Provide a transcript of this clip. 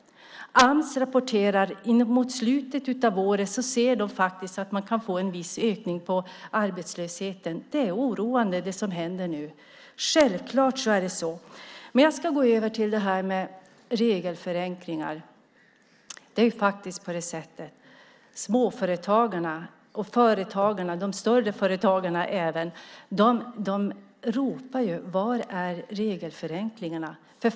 Ams rapporterar att de mot slutet av året ser att vi kan få en viss ökning av arbetslösheten. Det som nu händer är alltså oroande. Självklart är det så. Låt mig så gå över till frågan om regelförenklingarna. Småföretagarna och även de större företagarna ropar: Var är regelförenklingarna?